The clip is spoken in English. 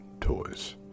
toys